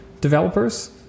developers